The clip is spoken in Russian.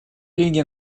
лиги